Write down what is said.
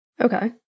Okay